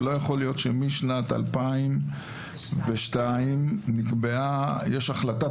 שלא יכול להיות שמשנת 2002 יש החלטת